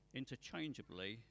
interchangeably